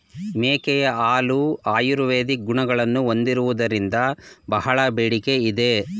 ಮೇಕೆಯ ಹಾಲು ಆಯುರ್ವೇದಿಕ್ ಗುಣಗಳನ್ನು ಹೊಂದಿರುವುದರಿಂದ ಬಹಳ ಬೇಡಿಕೆ ಇದೆ